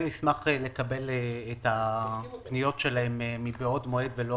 אנחנו נשמח לקבל את הפניות שלהם מבעוד מועד ולא